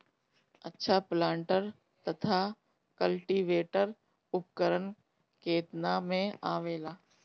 अच्छा प्लांटर तथा क्लटीवेटर उपकरण केतना में आवेला?